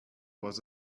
was